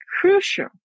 crucial